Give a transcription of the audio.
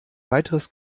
weiteres